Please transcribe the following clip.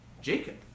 Jacob